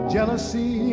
Jealousy